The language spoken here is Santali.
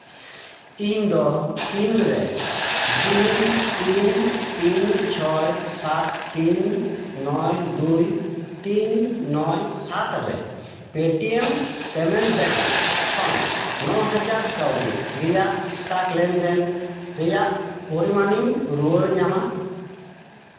ᱤᱧᱫᱚ ᱛᱤᱱᱨᱮ ᱫᱩᱭ ᱛᱤᱱ ᱛᱤᱱ ᱪᱷᱚᱭ ᱥᱟᱛ ᱛᱤᱱ ᱱᱚᱭ ᱫᱩᱭ ᱛᱤᱱ ᱱᱚᱭ ᱥᱟᱛ ᱨᱮ ᱯᱮᱴᱤᱮᱢ ᱯᱮᱢᱮᱱᱴ ᱵᱮᱝᱠ ᱠᱷᱚᱱ ᱱᱚ ᱦᱟᱡᱟᱨ ᱠᱟᱹᱣᱰᱤ ᱨᱮᱭᱟᱜ ᱮᱥᱴᱟᱨᱴ ᱞᱮᱱᱫᱮᱱ ᱨᱮᱭᱟᱜ ᱯᱚᱨᱤᱢᱟᱱ ᱤᱧ ᱨᱩᱣᱟᱹᱲ ᱧᱟᱢᱟ